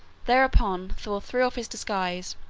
thereupon thor threw off his disguise,